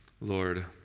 Lord